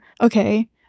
okay